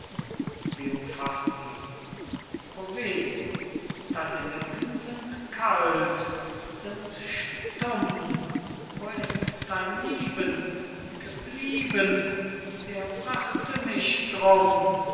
o weh deine lippen sind kalt sind stumm wo ist dein lieben geblieben wer brachte mich drum